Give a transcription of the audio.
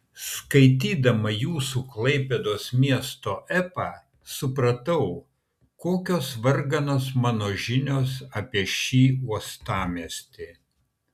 skaitydama jūsų klaipėdos miesto epą supratau kokios varganos mano žinios apie šį uostamiestį